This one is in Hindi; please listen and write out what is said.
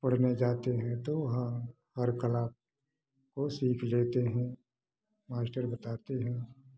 पढ़ने जाते हैं तो वहाँ हर कला को सीख लेते हैं मास्टर बताते हैं